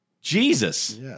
Jesus